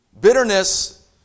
Bitterness